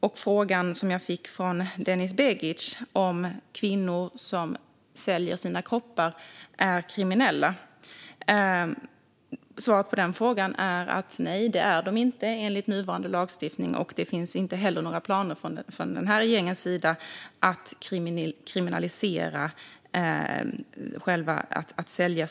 Denis Begic frågade om kvinnor som säljer sin kropp är kriminella, och svaret är nej, inte enligt nuvarande lagstiftning. Regeringen har heller inga planer på att kriminalisera detta.